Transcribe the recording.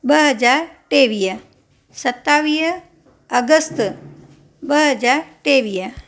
ॿ हज़ार टेवीह सतावीह अगस्त ॿ हज़ार टेवीह